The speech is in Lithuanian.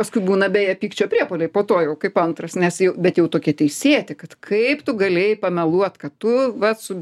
paskui būna beje pykčio priepuoliai po to jau kaip antras nes jau bet jau tokie teisėti kad kaip tu galėjai pameluot kad tu vat su